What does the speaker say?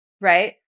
right